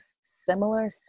similar